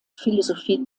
philosophie